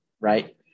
right